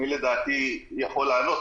מי לדעתי יכול לענות.